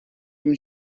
ким